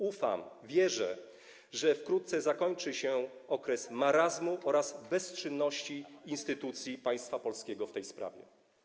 Ufam, wierzę, że wkrótce zakończy się okres marazmu oraz bezczynności instytucji państwa polskiego w tej sprawie.